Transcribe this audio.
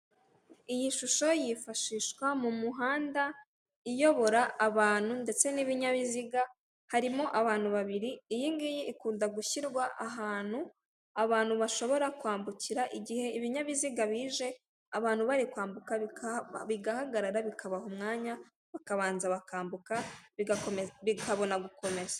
Iyi shusho yifashishwa mu muhanda iyobora abantu ndetse n'ibinyabiziga harimo abantu babili, iyi ngiyi ikunda gushyirwa ahantu abantu bashobora kwambukira igihe ibinyabiziga bije abantu bari kwambuka bigahagarara bikabaha umwanya bakanza bakambuka bikabona gukomeza.